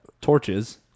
torches